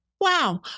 wow